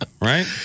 right